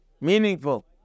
Meaningful